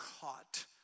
caught